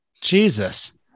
jesus